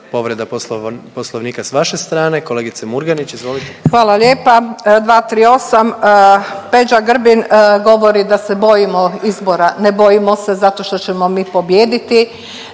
povreda Poslovnika s vaše strane. Kolegice Murganić, izvolite. **Murganić, Nada (HDZ)** Hvala lijepa. 238., Peđa Grbin govori da se bojimo izbora. Ne bojimo se zato što ćemo mi pobijediti.